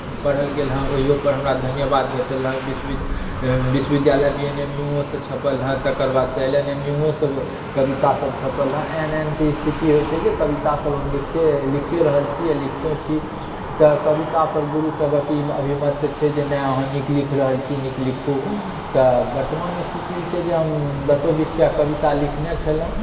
पढ़ल गेल हँ ओहिओ पर हमरा धन्यवाद भेटल हँ विश्वविद्यालय डीएमयूओ से छपल हँ तकर बाद से एलएनएमयूओ से कविता सभ छपल हँ एहन एहन स्थिति सभ होइ छ जे कविता सभ हम लिखिए रहल छी आ लिखते छी तव कविता पर गुरु सभक ई अभिमति छै जे नहि अहाँ नीक लिख रहल छी नीक लिखु तऽ वर्तमान स्थिति ई छै जे हम दशो बीसटा कविता लिखने छलहुँ